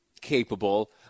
capable